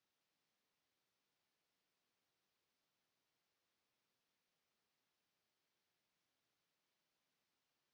kiitos